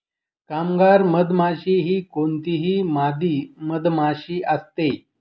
कामगार मधमाशी ही कोणतीही मादी मधमाशी असते